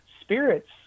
Spirits